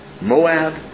Moab